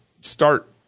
start